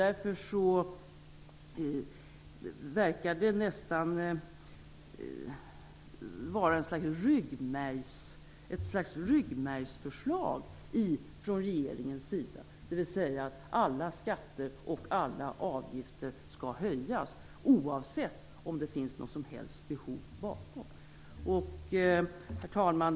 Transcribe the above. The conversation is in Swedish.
Det verkar nästan vara ett slags ryggmärgsförslag från regeringens sida, dvs. att alla skatter och avgifter skall höjas oavsett om det finns något som helst behov bakom. Herr talman!